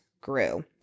grew